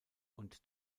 und